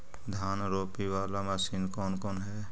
धान रोपी बाला मशिन कौन कौन है?